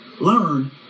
learn